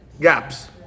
gaps